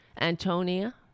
Antonia